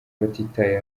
batitaye